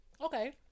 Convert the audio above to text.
Okay